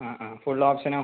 ആ ആ ഫുൾ ഓപ്ഷനോ